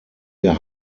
der